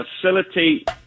facilitate